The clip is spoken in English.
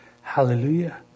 hallelujah